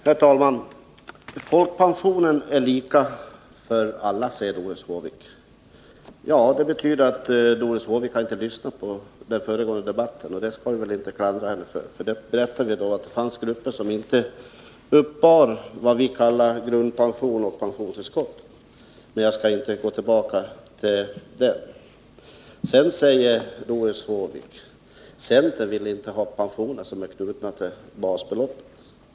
Herr talman! Folkpensionen är lika för alla, säger Doris Håvik. Det betyder att Doris Håvik inte har lyssnat till den föregående debatten här i kväll, men det skall vi väl inte klandra henne för. Det fanns, framhölls det, grupper som inte uppbar vad vi kallar grundpension och pensionstillskott, men jag skall inte gå tillbaka till den debatten. Sedan sade Doris Håvik att centern inte vill ha pensioner som är knutna till basbeloppet.